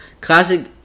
Classic